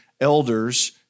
elders